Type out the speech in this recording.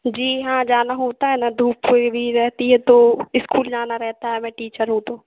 जी हाँ जाना होता है न धुप हुई भी रहती है तो इस्कूल जाना रहता है मैं टीचर हूँ तो